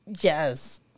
yes